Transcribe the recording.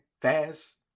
fast